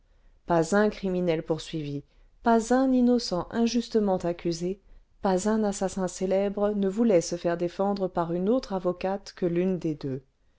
pas un criminel poursuivi pas un innocent injustement accusé pas un assassin célèbre ne voulait se faire défendre par une autre avocate que l'une des deux